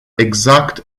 exact